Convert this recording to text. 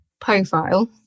profile